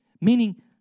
Meaning